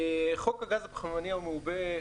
חוק הגז הפחמימני המעובה,